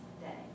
day